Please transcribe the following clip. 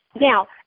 Now